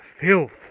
filth